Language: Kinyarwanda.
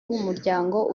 w’umuryango